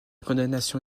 condamnation